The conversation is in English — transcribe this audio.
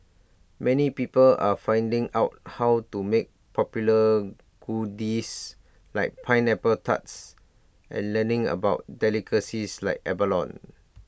many people are finding out how to make popular goodies like pineapple tarts and learning about delicacies like abalone